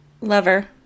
lover